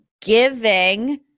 giving